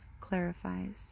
clarifies